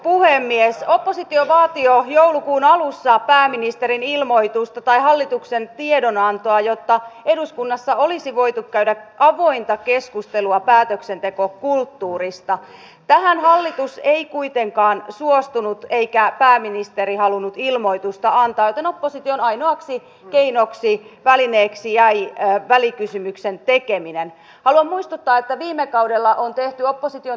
siltä osin näiden poolien laittaminen osaltaan kuntoon tarkoittaa sitä että hyvin yksisilmäisesti ei pysty katsomaan tätä keskustelua koska tosiasia vain on se että me emme kai voi tällaisessa työllisyystilanteessa myöskään ajatella että tätä suomalaista porukkaa ei työllistettäisi mihinkään tai tarjottaisi heille työtä